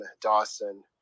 dawson